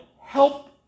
help